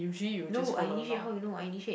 no I initiate how you know I initiate